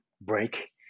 break